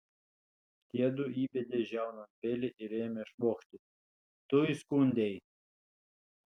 tiedu įbedė žiaunon peilį ir ėmė švokšti tu įskundei